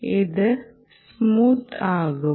ഇത് സ്മൂത്ത് അകുമോ